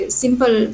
simple